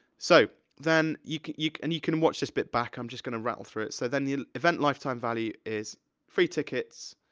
so, then, you can, you can, and you can watch this bit back, i'm just gonna rattle through it. so then you, event lifetime value is free tickets,